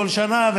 בכל שנה,